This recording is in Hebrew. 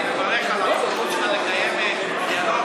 ואני מברך על הנכונות שלך לקיים דיאלוג,